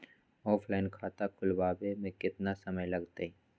Offline खाता खुलबाबे में केतना समय लगतई?